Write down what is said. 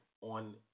on